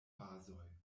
bazoj